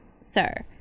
sir